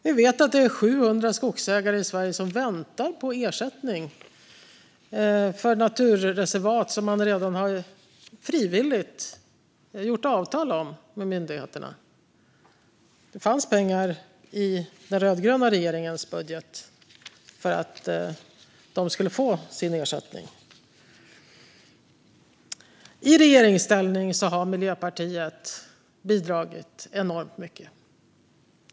Vi vet att det är 700 skogsägare i Sverige som väntar på ersättning för naturreservat som de redan frivilligt har gjort avtal om med myndigheterna. Det fanns pengar i den rödgröna regeringens budget för att de skulle få sin ersättning. I regeringsställning har Miljöpartiet bidragit enormt mycket.